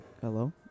Hello